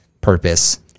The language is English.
purpose